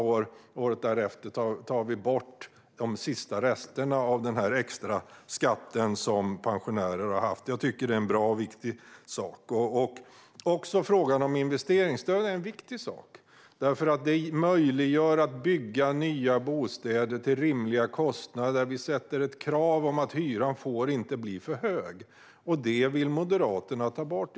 Året därefter tar vi bort de sista resterna av den extra skatt som pensionärer har haft. Jag tycker att det är en bra och viktig sak. Också frågan om investeringsstöd är en viktig sak, därför att det möjliggör byggande av nya bostäder till rimliga kostnader. Vi ställer ett krav på att hyran inte får bli för hög, och det vill Moderaterna ta bort.